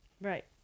right